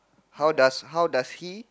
how does how does he